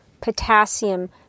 potassium